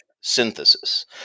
synthesis